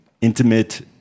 intimate